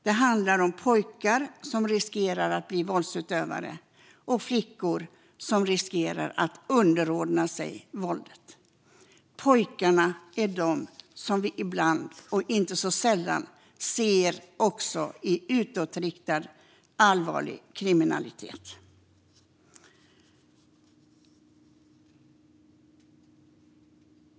Det handlar om pojkar som riskerar att bli våldsutövare och flickor som riskerar att underordna sig våldet. Pojkarna är inte sällan de vi ser i utåtriktad, allvarlig kriminalitet.